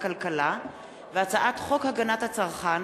והצעת חוק הגנת הצרכן